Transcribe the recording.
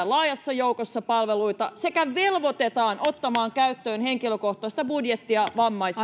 laajassa joukossa palveluita ja velvoitetaan ottamaan käyttöön henkilökohtainen budjetti vammais